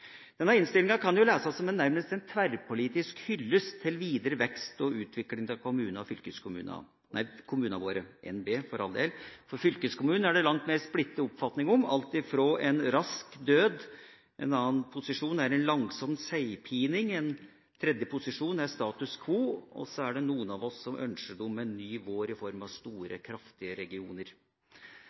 Denne innstillinga kan leses nærmest som en tverrpolitisk hyllest til videre vekst og utvikling av kommunene våre. Fylkeskommunen er det langt mer splittede oppfatninger om: Noen ønsker den en rask død – andre ønsker en langsom seigpining. Andre igjen ønsker status quo, mens noen av oss ønsker fylkeskommunene en ny vår, i form av store, kraftige regioner.